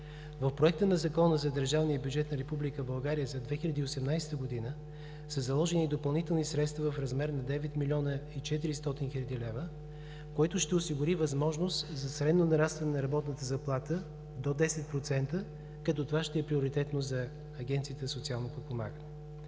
В проекта на Закона за държавния бюджет на Република България за 2018 г. са заложени допълнителни средства в размер на 9 млн. 400 хил. лв., което ще осигури възможност за средно нарастване на работната заплата до 10%, като това ще е приоритетно за Агенцията за социално подпомагане.